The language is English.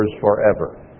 forever